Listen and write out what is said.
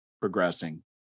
progressing